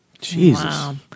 Jesus